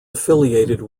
affiliated